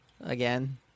again